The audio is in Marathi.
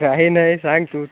काही नाही सांग तूच